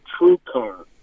TrueCar